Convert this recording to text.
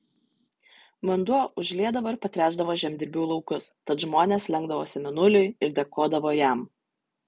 vanduo užliedavo ir patręšdavo žemdirbių laukus tad žmonės lenkdavosi mėnuliui ir dėkodavo jam